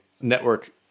network